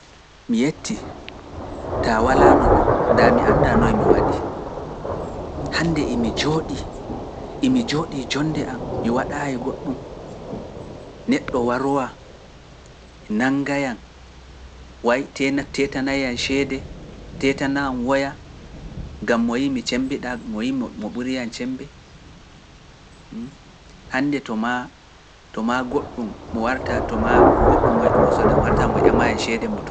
Mi yetti, taa walaano ɗon, daa mi annda noy mi waɗi. Hannde e mi jooɗi, e mi jooɗi jonde am, mi waɗaayi goɗɗum, neɗɗo warowa, nanga yam, wayi teena teetana yam ceede, teetana yam woya, gam mo yimu cembe ɗa, mo yimu mo ɓuri yam cembe ɗa mo yimmo mo ɓuri an cembe hande to ma to ma goɗɗum mo warta to ma goɗɗum mo sodama warta mo ƴama en ceede mo to.